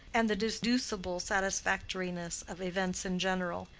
and the deducible satisfactoriness of events in general.